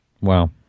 Wow